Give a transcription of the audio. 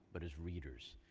but as leaders.